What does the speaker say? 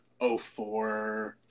04